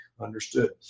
understood